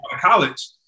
college